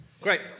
Great